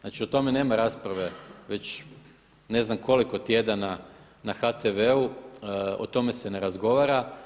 Znači o tome nema rasprave već ne znam koliko tjedana na HTV-u o tome se ne razgovara.